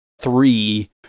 three